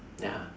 ya